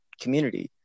community